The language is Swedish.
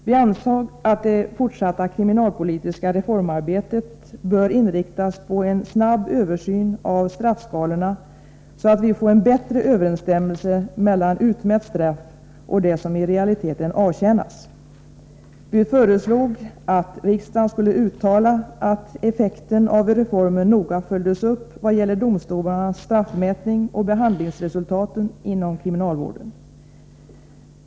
Vi ansåg att det fortsatta kriminalpolitiska reformarbetet bör inriktas på en snabb översyn av straffskalorna, så att vi får en bättre överensstämmelse mellan utmätt straff och det straff som i realiteten avtjänas. Vi föreslog att riksdagen skulle uttala att effekten av reformen noga skall följas upp vad gäller domstolarnas straffmätning och behandlingsresultatet inom kriminalvården.